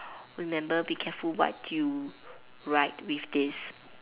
remember be careful what you write with this